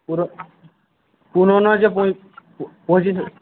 পুরনো যে